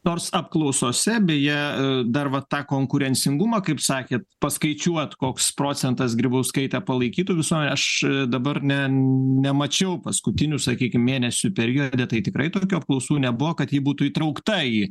nors apklausose beje dar va tą konkurencingumą kaip sakėt paskaičiuot koks procentas grybauskaitę palaikytų visuomenėj aš dabar ne nemačiau paskutinių sakykim mėnesių periode tai tikrai tokių apklausų nebuvo kad ji būtų įtraukta į